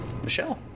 Michelle